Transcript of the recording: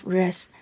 rest